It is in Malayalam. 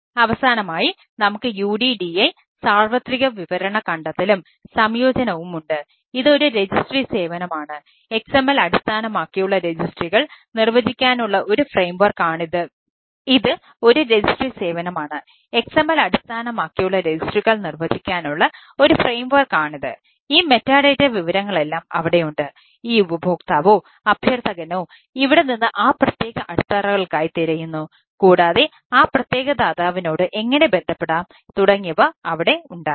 അവസാനമായി നമുക്ക് UDDI സാർവത്രിക വിവരണ കണ്ടെത്തലും സംയോജനവും ഉണ്ട് ഇത് ഒരു രജിസ്ട്രി വിവരങ്ങളെല്ലാം അവിടെയുണ്ട് ഈ ഉപഭോക്താവോ അഭ്യർത്ഥകനോ ഇവിടെ നിന്ന് ആ പ്രത്യേക അടിത്തറകൾക്കായി തിരയുന്നു കൂടാതെ ആ പ്രത്യേക ദാതാവിനോട് എങ്ങനെ ബന്ധപ്പെടാം തുടങ്ങിയവ ഇവിടെ ഉണ്ടാവും